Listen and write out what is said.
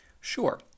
Sure